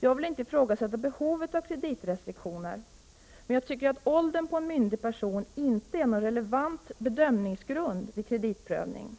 Jag vill inte ifrågasätta behovet av kreditrestriktioner. Men jag tycker att åldern för en myndig person inte är någon relevant bedömningsgrund vid kreditprövning.